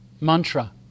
mantra